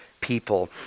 people